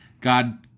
God